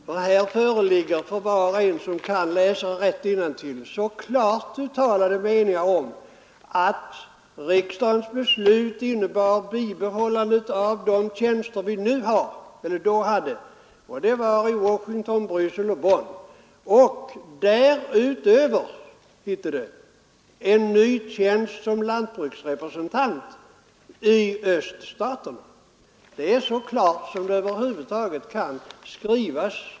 Var och en som kan läsa innantill kan ju själv se att här föreligger en klart uttalad mening och att riksdagens beslut innebar ett bibehållande av de tjänster som då fanns — alltså i Washington, Bryssel och Bonn — samt därutöver att en ny tjänst skulle inrättas som lantbruksrepresentant i Öststaterna. Det är så klart inskrivet som det över huvud taget kan bli.